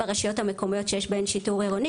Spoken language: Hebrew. ברשויות המקומיות שיש בהן שיטור עירוני,